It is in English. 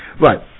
Right